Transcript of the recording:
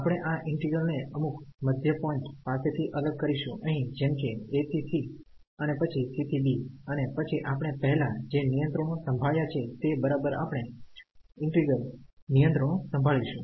આપણે આ ઈન્ટિગ્રલ ને અમુક મધ્ય પોઈન્ટપાસે થી અલગ કરીશું અહિં જેમ કે a ¿ c અને પછી c ¿ b અને પછી આપણે પહેલાં જે નિયંત્રણો સંભાળ્યા છે તે બરાબર આપણે ઈન્ટિગ્રલ નિયંત્રણો સંભાળીશું